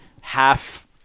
half